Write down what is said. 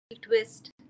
twist